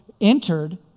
entered